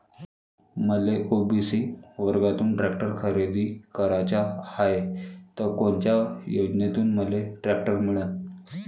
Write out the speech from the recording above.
मले ओ.बी.सी वर्गातून टॅक्टर खरेदी कराचा हाये त कोनच्या योजनेतून मले टॅक्टर मिळन?